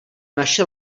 naše